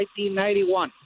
1991